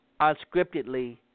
unscriptedly